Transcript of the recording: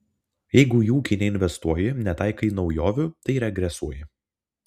jeigu į ūkį neinvestuoji netaikai naujovių tai regresuoji